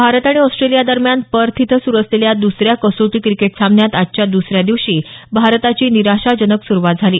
भारत आणि ऑस्ट्रेलियादरम्यान पर्थ इथं सुरु असलेल्या दुसऱ्या कसोटी क्रिकेट सामन्यात आजच्या दुसर्या दिवशी भारताची निराशाजनक सुरुवात झाली